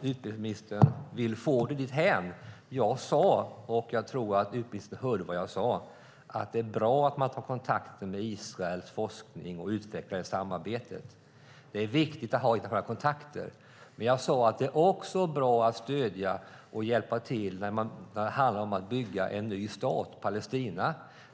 utbildningsministern vill få det dithän. Jag sade, vilket jag tror att utbildningsministern hörde, att det är bra att man tar kontakter med Israel om forskning och utvecklar det samarbetet. Det är viktigt att ha sådana kontakter. Men jag sade också att det är bra att stödja och hjälpa till när det handlar om att bygga en ny stat, Palestina.